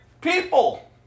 people